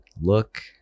Look